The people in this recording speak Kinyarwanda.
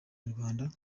inyarwanda